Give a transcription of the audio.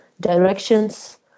directions